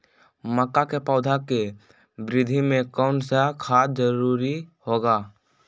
मक्का के पौधा के वृद्धि में कौन सा खाद जरूरी होगा?